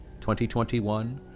2021